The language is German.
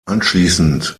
anschließend